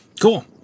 Cool